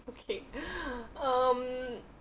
okay um